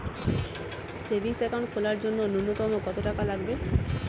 Savings account খোলার জন্য নূন্যতম কত টাকা লাগবে?